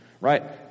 right